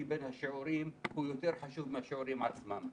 בין השיעורים הוא יותר חשוב מהשיעורים עצמם.